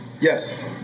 Yes